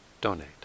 donate